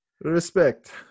Respect